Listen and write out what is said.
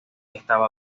estaba